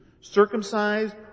circumcised